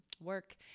work